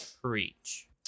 preach